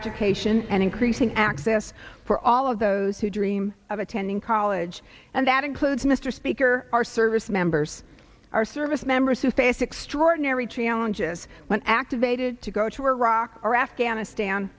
education and increasing access for all of those who dream of attending college and that includes mr speaker our service members our service members who face extraordinary challenges when activated to go to iraq or afghanistan